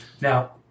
Now